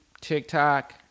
TikTok